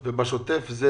ובשוטף?